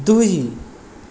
दुई